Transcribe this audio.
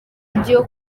iryo